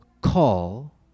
call